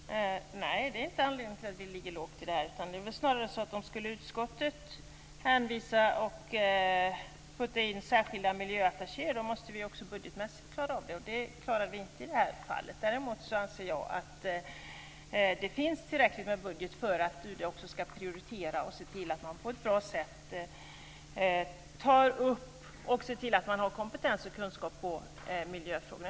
Fru talman! Nej, det är inte anledningen till att vi ligger lågt i den här frågan. Det är snarare så att om utskottet skulle putta in särskilda miljöattachéer, måste vi också budgetmässigt klara av det. Det klarar vi inte i det här fallet. Däremot anser jag att det finns en tillräcklig budget för att UD ska prioritera och på ett bra sätt ta upp och se till att man har kompetens och kunskap när det gäller miljöfrågorna.